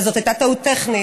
אבל זאת הייתה טעות טכנית,